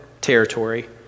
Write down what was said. territory